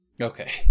Okay